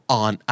on